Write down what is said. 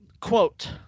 quote